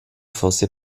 fosse